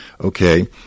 okay